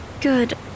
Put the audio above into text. Good